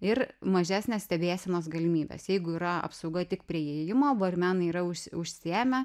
ir mažesnės stebėsenos galimybės jeigu yra apsauga tik prie įėjimo barmenai yra užsiėmę